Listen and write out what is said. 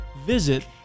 visit